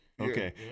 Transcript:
Okay